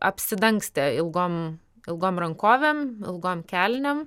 apsidangstę ilgom ilgom rankovėm ilgom kelnėm